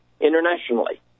internationally